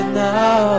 now